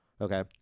Okay